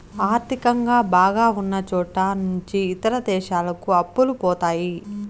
ఆర్థికంగా బాగా ఉన్నచోట నుంచి ఇతర దేశాలకు అప్పులు పోతాయి